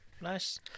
nice